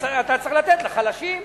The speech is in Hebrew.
אתה צריך לתת לחלשים,